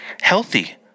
healthy